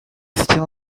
still